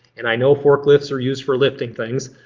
and i know forklifts are used for lifting things